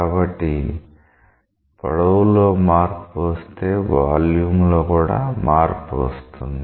కాబట్టి పొడవు లో మార్పు వస్తే వాల్యూమ్ లో కూడా మార్పు వస్తుంది